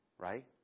Right